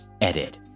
Edit